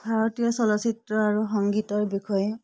ভাৰতীয় চলচ্চিত্ৰ আৰু সংগীতৰ বিষয়ে